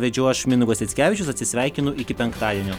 vedžiau aš mindaugas jackevičius atsisveikinu iki penktadienio